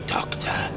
Doctor